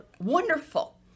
wonderful